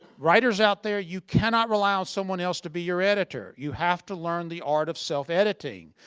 writers out there, you cannot rely on someone else to be your editor. you have to learn the art of self-editing.